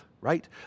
right